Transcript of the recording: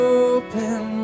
open